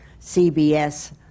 CBS